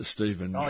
Stephen